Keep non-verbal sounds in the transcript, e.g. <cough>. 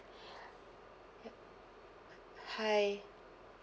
<breath> he~ h~ hi